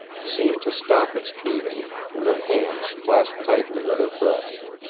seemed to stop its beating, and her hands clasped tightly at her breast.